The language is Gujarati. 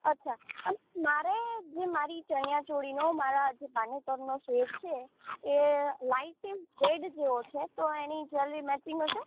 અચ્છા અને મારે જે મારી ચણીયા ચોળીનો મારા જે પાનેતરનો સેટ છે એ લાઈટ પિંક રેડ જેવો છે તો એની જ્વેલરી મેચિંગ હશે